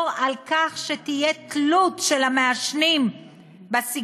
על כך שתהיה תלות של המעשנים בסיגריות,